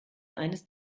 eines